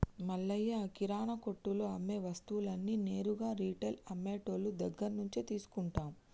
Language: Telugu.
మల్లయ్య కిరానా కొట్టులో అమ్మే వస్తువులన్నీ నేరుగా రిటైల్ అమ్మె టోళ్ళు దగ్గరినుంచే తీసుకుంటాం